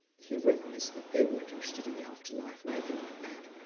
he realized that they weren't interested in the afterlife or anything like that,